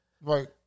right